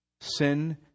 Sin